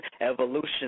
evolution